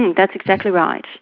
and that's exactly right.